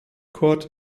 court